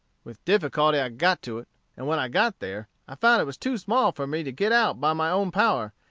with difficulty i got to it, and when i got there, i found it was too small for me to get out by my own power,